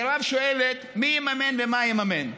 מירב שואלת מי יממן ומה יממן.